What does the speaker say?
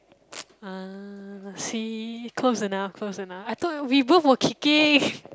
ah see close enough close enough I thought you we both were kicking